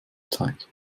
teig